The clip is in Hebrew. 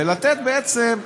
ולתת בעצם,